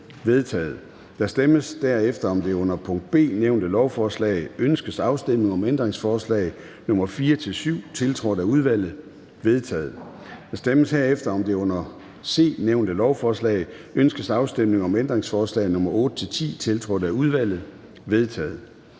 vedtaget. Der stemmes derefter om det under B nævnte lovforslag: Ønskes afstemning om ændringsforslag nr. 4-7, tiltrådt af udvalget? De er vedtaget. Der stemmes herefter om det under C nævnte lovforslag: Ønskes afstemning om ændringsforslag nr. 8-10, tiltrådt af udvalget? De er